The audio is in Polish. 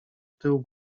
tył